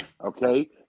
Okay